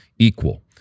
equal